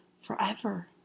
forever